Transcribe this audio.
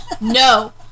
No